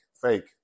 Fake